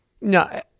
No